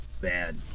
bad